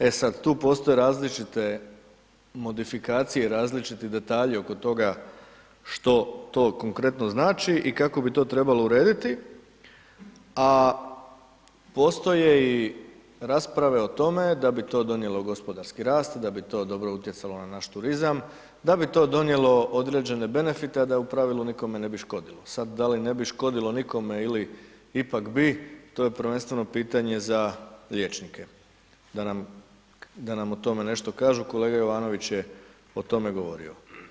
E sad, tu postoje različite modifikacije i različiti detalji oko toga što to konkretno znači i kako bi to trebalo urediti, a postoje i rasprave o tome da bi to donijelo gospodarski rast, da bi to dobro utjecalo na naš turizam, da bi to donijelo određene benefite, a da u pravilu nikome ne bi škodilo, sad da li ne bi škodilo nikome ili ipak bi, to je prvenstveno pitanje za liječnike da nam o tome nešto kažu, kolega Jovanović je o tome govorio.